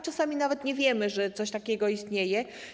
Czasami nawet nie wiemy, że coś takiego istnieje.